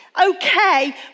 okay